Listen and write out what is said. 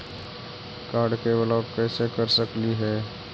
Card के block कैसे कर सकली हे?